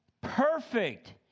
perfect